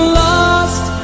lost